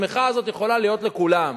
השמיכה הזאת יכולה להיות לכולם.